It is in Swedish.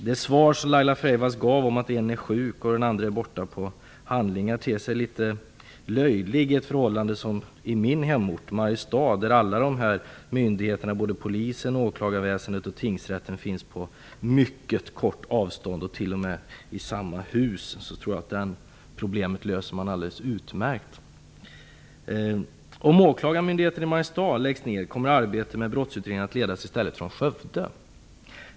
Det svar som Laila Freivalds gav om en åklagare som är sjuk och den andre som är upptagen av domstolsförhandlingar ter sig litet löjligt med tanke på förhållandet i min hemort Mariestad, där såväl polisen, åklagarväsendet som tingsrätten finns inom ett mycket kort avstånd och t.o.m. i samma hus. Jag tror att man löser detta problem alldeles utmärkt. Om åklagarmyndigheten i Mariestad läggs ned kommer arbetet med brottsutredningar i stället att ledas från Skövde.